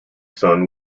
son